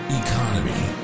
economy